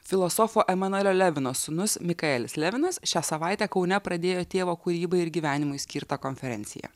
filosofo emanuelio levino sūnus mikaelis levinas šią savaitę kaune pradėjo tėvo kūrybai ir gyvenimui skirtą konferenciją